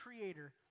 creator